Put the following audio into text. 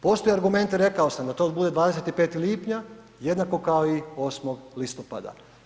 Postoje argumenti, rekao sam, da to bude 25. lipnja, jednako kao i 8. listopada.